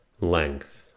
Length